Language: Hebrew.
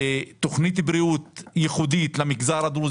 הקצינו כסף גם לתכנית בריאות ייחודית למגזר הדרוזי.